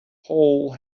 hole